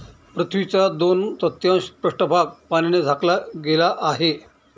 पृथ्वीचा दोन तृतीयांश पृष्ठभाग पाण्याने झाकला गेला आहे